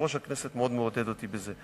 יושב-ראש הכנסת מאוד מעודד אותי בזה.